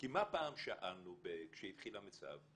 כי מה פעם שאלנו כשהתחיל המיצ"ב?